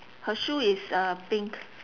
her shoe is uh pink